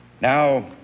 now